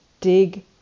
Dig